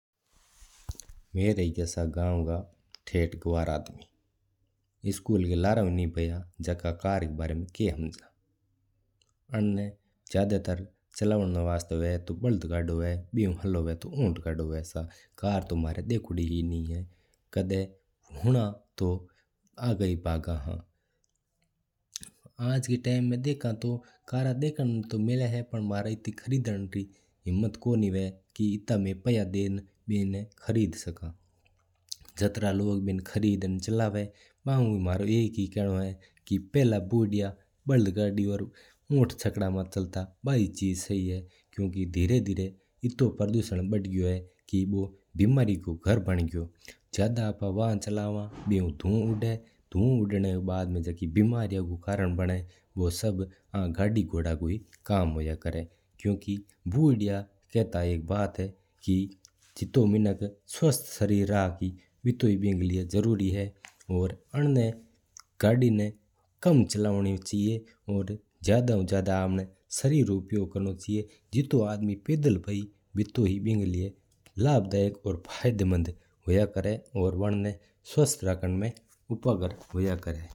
मेरा ही जैसा गांव का गवार आदमी स्कूल का लारा ऊ कौन बया। जका कार का बारा में कय्य हमजा आन न चलावण वास्ता हुंवा जू बन्द गाड़ी हुंवा है। मना आता तू उत्त गाडो हुंवा है सा। कार तू म्हारा देख्योफी ही कौन ही है। कन्ना होना हा तू आगे ही भग्गा हा। आज का टाइम देखा तू वर देखण मिला तू है पर मनी इत्तो हिम्मत कओ पडा की मैं गड्डी खरीदण रीं सोचा ही। इता मैं पया देण सोचा ही कौन की मैं कार खरीदा क्योंकि महंगी हॉली आया करा है।